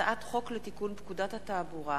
הצעת חוק לתיקון פקודת התעבורה